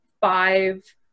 five